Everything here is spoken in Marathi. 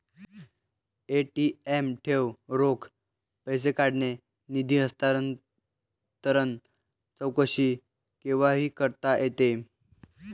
ए.टी.एम ठेव, रोख पैसे काढणे, निधी हस्तांतरण, चौकशी केव्हाही करता येते